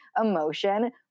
emotion